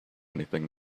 anything